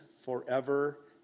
forever